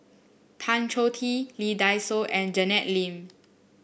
Tan Choh Tee Lee Dai Soh and Janet Lim